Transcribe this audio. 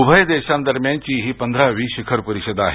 उभय देशांदरम्यानची ही पंधरावी शिखर परिषद आहे